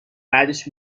بعدش